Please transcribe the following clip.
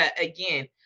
again